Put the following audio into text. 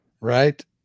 right